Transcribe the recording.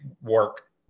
work